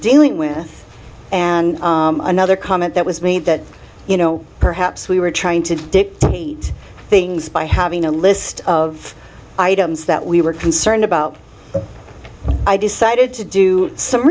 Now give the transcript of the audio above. dealing with and another comment that was me that you know perhaps we were trying to dictate things by having a list of items that we were concerned about so i decided to do some